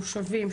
המושבים,